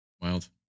Wild